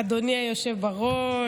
עמית הלוי נמצא?